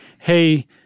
hey